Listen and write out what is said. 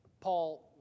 Paul